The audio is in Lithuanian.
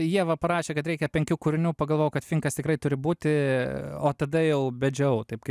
ieva parašė kad reikia penkių kūrinių pagalvojau kad finkas tikrai turi būti o tada jau bedžiau taip kaip